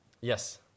Yes